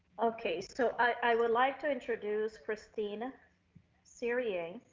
okay, so i would like to introduce christine cyrier.